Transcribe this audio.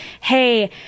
Hey